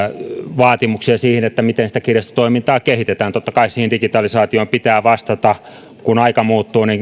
vaatimuksia siihen miten kirjastotoimintaa kehitetään totta kai digitalisaatioon pitää vastata kun aika muuttuu